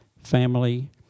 family